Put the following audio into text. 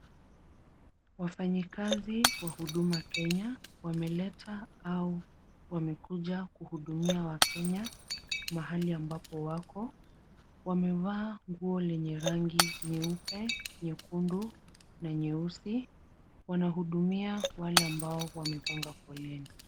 Wafanyikazi wa huduma Kenya wameleta au wamekuja kuhudumia wakenya mahali ambapo wako. Wamevaa nguo lenye rangi nyeupe, nyekundu na nyeusi. Wanahudumia wale ambao wamepanga foleni.